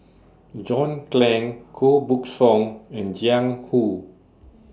John Clang Koh Buck Song and Jiang Hu